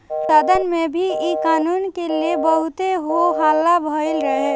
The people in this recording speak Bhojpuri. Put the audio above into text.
सदन में भी इ कानून के ले बहुते हो हल्ला भईल रहे